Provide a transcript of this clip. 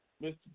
Mr